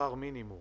שכר מינימום